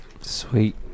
Sweet